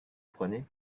prenez